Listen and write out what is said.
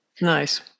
nice